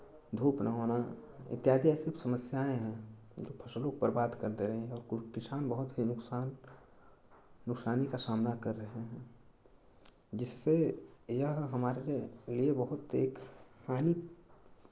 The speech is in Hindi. धूप ना होना इत्यादि यह सब समस्याएँ हैं जो फसलों को बर्बाद कर दे रही हैं और कुल किसान बहुत ही नुकसान नुकसानी का सामना कर रहे हैं जिससे यह हमारे लिए बहुत एक हानि